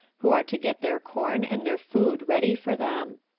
who are to get their corn and their food ready for them.